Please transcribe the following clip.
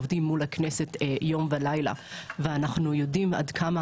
עובדים מול הכנסת יום ולילה ואנחנו יודעים עד כמה